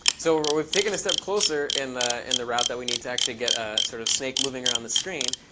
so we've taken a step closer in the in the route that we need to actually get a sort of snake moving around the screen.